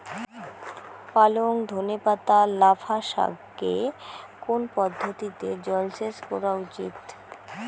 পালং ধনে পাতা লাফা শাকে কোন পদ্ধতিতে জল সেচ করা উচিৎ?